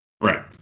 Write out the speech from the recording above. Right